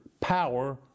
power